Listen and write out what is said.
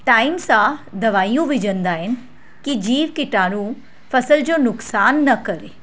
time सां दवाइयूं विझंदा आहिनि की जीव किटाणू फ़सल जो नुक़सानु न करे